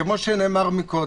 כמו שנאמר קודם,